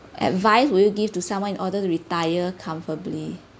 advice would you give to someone in order to retire comfortably